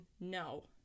no